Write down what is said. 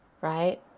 right